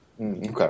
Okay